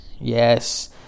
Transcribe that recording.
yes